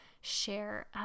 share